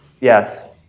Yes